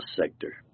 sector